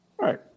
right